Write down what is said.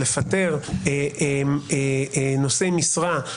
לפטר נושאי משרה,